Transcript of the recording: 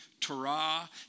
Torah